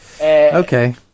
Okay